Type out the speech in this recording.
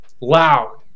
loud